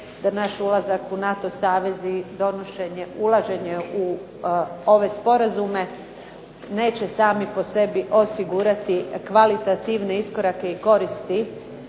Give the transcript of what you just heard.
Da naš ulazak u NATO savez i donošenje, ulaženje u ove sporazume, neće sami po sebi osigurati kvalitativne iskorake i koristi